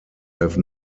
have